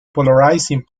polarizing